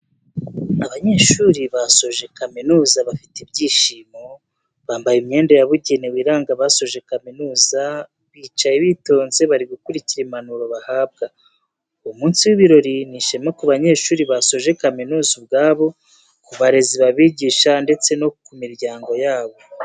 Abanyeshuri basoje kamizuza bafite ibyishimo, bambaye imyenda yabugenewe iranga abasoje kaminuza bicaye bitonze bari gukurikira impanuro bahabwa, uwo munsi w'ibirori ni ishema ku banyeshuri basoje kaminuza ubwabo, ku barezi babigishije ndetse no ku miryango yabo.